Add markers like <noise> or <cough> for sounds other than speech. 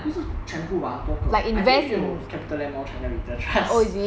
不是全部吧很多个 I think 有 capitaland lor china invest <noise>